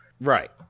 Right